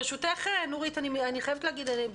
עפרה,